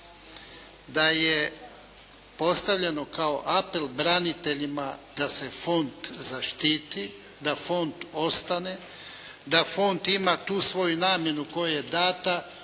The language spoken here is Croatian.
da je postavljeno kao apel braniteljima da se fond zaštiti, da fond ostane, da fond ima tu svoju namjenu koja je dana,